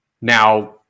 Now